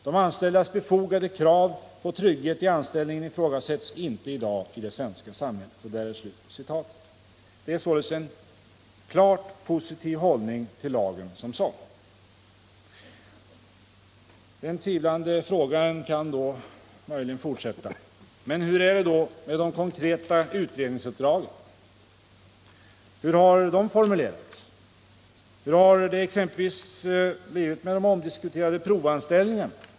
De anställdas befogade krav på trygghet i anställningen ifrågasätts inte i dag i det svenska samhället.” Arbetsmarknadsministern redovisar således en klart positiv hållning till lagen som sådan. Den tvivlande frågaren kan då fortsätta: Men hur är det då med de konkreta utredningsuppdragen? Hur har de formulerats? Hur har det blivit med exempelvis de omdiskuterade provanställningarna?